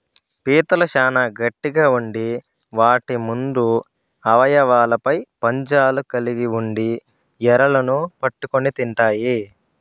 పీతలు చానా గట్టిగ ఉండి వాటి ముందు అవయవాలపై పంజాలు కలిగి ఉండి ఎరలను పట్టుకొని తింటాయి